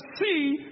see